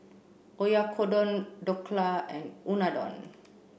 Oyakodon Dhokla and Unadon